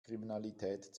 kriminalität